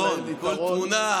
אז יש להן יתרון יחסי.